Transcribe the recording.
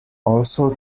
also